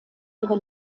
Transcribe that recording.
ihre